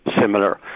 similar